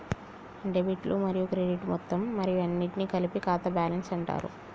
డెబిట్లు మరియు క్రెడిట్లు మొత్తం మరియు అన్నింటినీ కలిపి ఖాతా బ్యాలెన్స్ అంటరు